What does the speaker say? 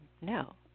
No